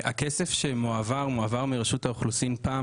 הכסף שמועבר מועבר מרשות האוכלוסין פעם